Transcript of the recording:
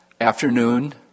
afternoon